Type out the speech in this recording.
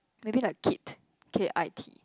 maybe like Kit K_I_T